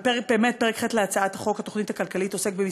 באמת פרק ח' להצעת חוק התוכנית הכלכלית עוסק בכמה